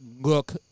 look